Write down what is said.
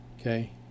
Okay